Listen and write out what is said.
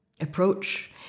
approach